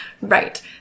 Right